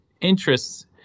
interests